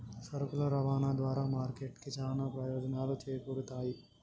సరుకుల రవాణా ద్వారా మార్కెట్ కి చానా ప్రయోజనాలు చేకూరుతయ్